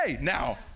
Now